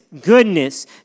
goodness